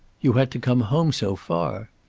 you had to come home so far!